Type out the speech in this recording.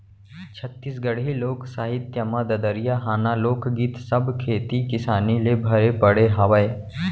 छत्तीसगढ़ी लोक साहित्य म ददरिया, हाना, लोकगीत सब खेती किसानी ले भरे पड़े हावय